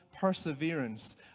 perseverance